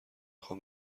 خوام